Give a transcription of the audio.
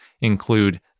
include